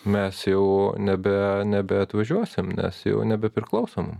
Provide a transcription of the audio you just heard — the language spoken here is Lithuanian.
mes jau nebe nebeatvažiuosim nes jau nebepriklauso mum